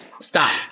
Stop